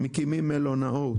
מקימים מלונאות.